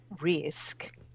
risk